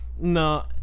No